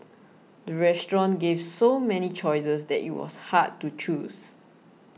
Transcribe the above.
the restaurant gave so many choices that it was hard to choose